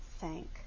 thank